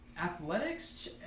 athletics